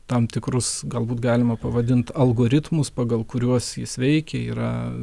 tam tikrus galbūt galima pavadint algoritmus pagal kuriuos jis veikia yra